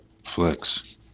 flex